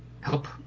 help